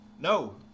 no